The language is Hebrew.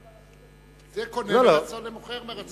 זה קונה מרצון למוכר מרצון.